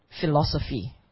philosophy